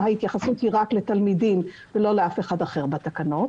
ההתייחסות היא רק לתלמידים ולא לאף אחד אחר בתקנות